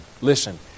Listen